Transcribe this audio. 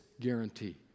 guarantee